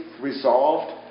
resolved